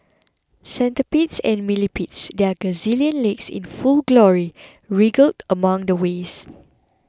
centipedes and millipedes their gazillion legs in full glory wriggled among the waste